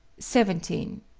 seventeen.